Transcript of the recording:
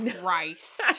Christ